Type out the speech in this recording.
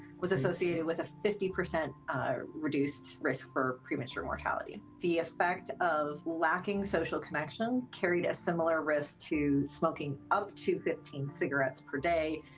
was associated with a fifty percent reduced risk for premature mortality. the effect of lacking social connection carried a similar risk to smoking up to fifteen cigarettes per day.